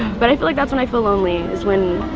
but i feel like that's when i feel lonely, is when